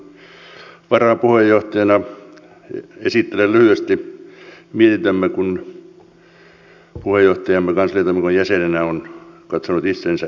valiokunnan varapuheenjohtajana esittelen lyhyesti mietintöämme kun puheenjohtajamme kansliatoimikunnan jäsenenä on katsonut itsensä esteelliseksi